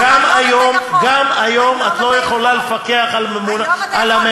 גם היום את לא יכולה לפקח על הממונה,